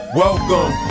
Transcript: welcome